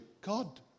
God